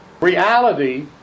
Reality